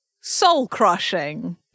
soul-crushing